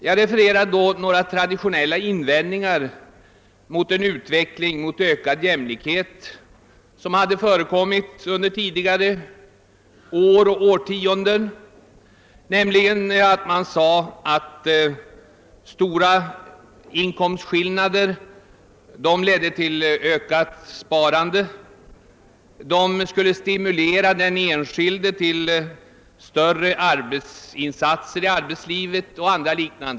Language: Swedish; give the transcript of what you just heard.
Jag refererade då några traditionella invändningar mot den utveckling mot ökad jämlikhet som förekommit under tidigare år och årtionden såsom att stora inkomstskillnader skulle leda till ökat sparande och att de skulle stimulera den enskilde till större arbetsinsatser.